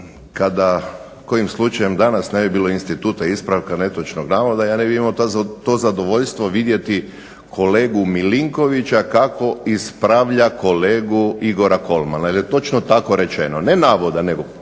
Kada kojim slučajem danas ne bi bilo instituta ispravka netočnog navoda ja ne bih imao to zadovoljstvo vidjeti kolegu Milinkovića kako ispravlja kolegu Igora Kolmana jer je točno tako rečeno, ne navoda nego